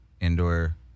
Indoor